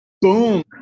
Boom